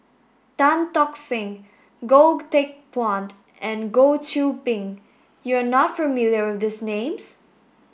tan Tock Seng Goh Teck Phuan and Goh Qiu Bin you are not familiar with these names